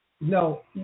No